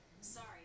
sorry